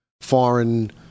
foreign